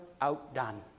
outdone